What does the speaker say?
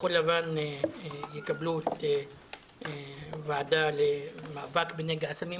כחול לבן יקבלו את ראשות הוועדה למאבק בנגע הסמים,